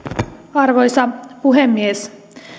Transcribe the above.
arvoisa puhemies